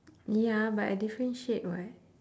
ya but a different shade [what]